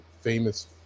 famous